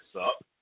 up